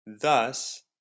thus